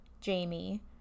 jamie